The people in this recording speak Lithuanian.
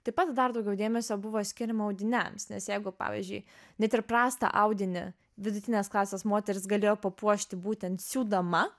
taip pat dar daugiau dėmesio buvo skiriama audiniams nes jeigu pavyzdžiui net ir prastą audinį vidutinės klasės moterys galėjo papuošti būtent siūdama